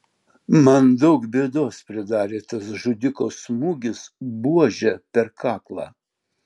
man daug bėdos pridarė tas žudiko smūgis buože per kaklą